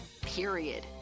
period